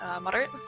moderate